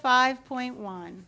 five point one